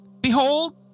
Behold